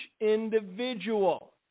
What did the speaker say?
individual